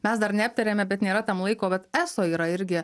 mes dar neaptarėme bet nėra tam laiko vat eso yra irgi